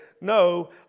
no